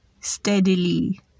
steadily